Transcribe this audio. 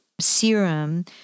serum